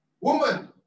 woman